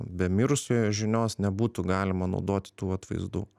be mirusiojo žinios nebūtų galima naudoti tų atvaizdų